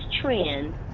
trend